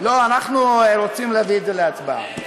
לא, אנחנו רוצים להביא את זה להצבעה.